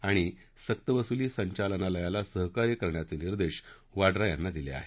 आणि सक्तवसुली संचालनालयाला सहकार्य करण्याचे निदेश वाड्रा यांना दिले आहेत